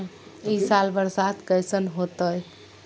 ई साल बरसात कैसन होतय?